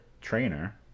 trainer